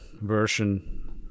version